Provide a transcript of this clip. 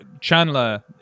Chandler